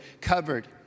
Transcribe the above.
covered